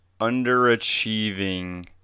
underachieving